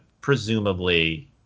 presumably